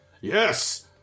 Yes